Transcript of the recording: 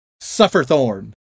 Sufferthorn